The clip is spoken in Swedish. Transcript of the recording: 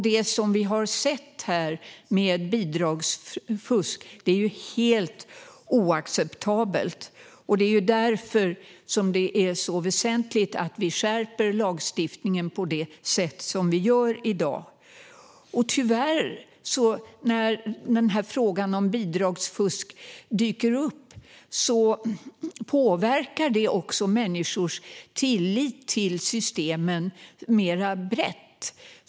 Det bidragsfusk som vi har sett är helt oacceptabelt. Det är därför det är så väsentligt att vi skärper lagstiftningen på det sätt som vi gör i dag. När frågan om bidragsfusk dyker upp påverkar det tyvärr också människors tillit till systemen mer brett.